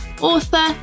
author